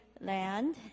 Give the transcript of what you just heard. Land